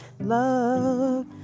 Love